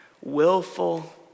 willful